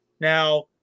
Now